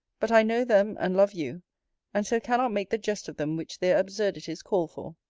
but i know them and love you and so cannot make the jest of them which their absurdities call for.